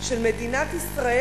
של מדינת ישראל.